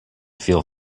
feel